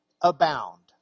abound